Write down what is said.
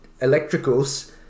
electricals